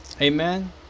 Amen